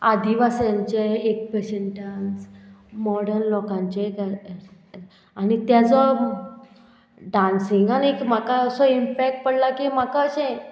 आदिवासांचे एक भशेन dance modern लोकांचे एक आनी तेजो डांसिंगान एक म्हाका असो इम्पॅक्ट पडला की म्हाका अशें